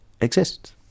exists